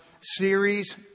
series